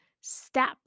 step